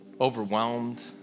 overwhelmed